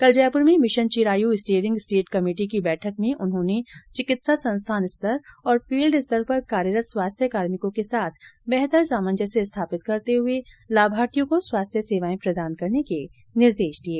कल जयपुर में mission Chirayu steering state committee की बैठक में उन्होंने चिकित्सा संस्थान स्तर और फील्ड स्तर पर कार्यरत स्वास्थ्य कार्मिकों के साथ बेहतर सामंजस्य स्थापित करते हुए लाभार्थियों को स्वास्थ्य सेवायें प्रदान करने के निर्देश दिये